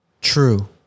True